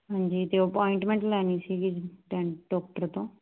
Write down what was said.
ਹਾਂਜੀ ਅਤੇ ਅਪੁਆਇੰਟਮੈਂਟ ਲੈਣੀ ਸੀਗੀ ਡੈਂਟ ਡੋਕਟਰ ਤੋਂ